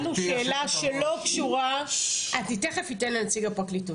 תיכף אתן לנציג הפרקליטות.